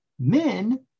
men